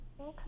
okay